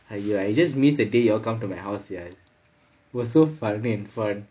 !aiyo! I just missed the day you all come to my house ya it was so funny and fun